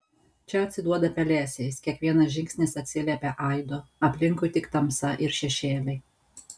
čia atsiduoda pelėsiais kiekvienas žingsnis atsiliepia aidu aplinkui tik tamsa ir šešėliai